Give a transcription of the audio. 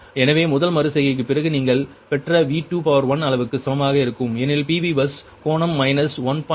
எனவே முதல் மறு செய்கைக்குப் பிறகு நீங்கள் பெற்ற V21 அளவுக்கு சமமாக இருக்கும் ஏனெனில் PV பஸ் கோணம் மைனஸ் 1